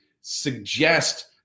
suggest